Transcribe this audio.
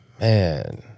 Man